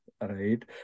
right